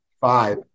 five